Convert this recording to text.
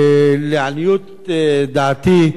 לעניות דעתי,